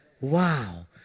Wow